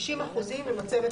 60 אחוזים ממצבת